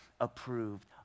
approved